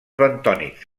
bentònics